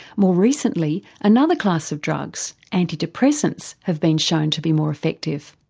more recently another class of drugs, antidepressants, have been shown to be more effective.